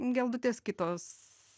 geldutės kitos